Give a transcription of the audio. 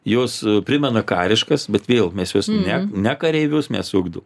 jos primena kariškas bet vėl mes juos ne ne kareivius mes ugdom